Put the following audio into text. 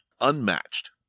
unmatched